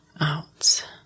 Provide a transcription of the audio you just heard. out